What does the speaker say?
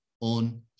on